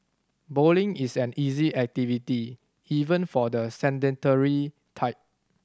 bowling is an easy activity even for the sedentary type